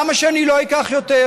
היא אמרה: למה שאני לא אקח יותר?